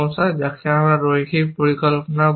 যাকে আমরা রৈখিক পরিকল্পনাও বলব